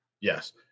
Yes